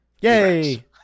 Yay